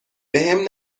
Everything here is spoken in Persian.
بهم